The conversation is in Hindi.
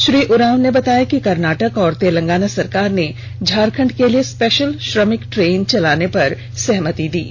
श्री उरांव ने बताया कि कर्नाटक और तेलंगाना सरकार ने झारखण्ड के लिए स्पेषल श्रमिक ट्रेन चलाने पर सहमति प्रदान कर दी है